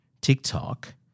TikTok